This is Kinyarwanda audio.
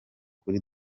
kuri